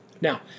Now